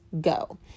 go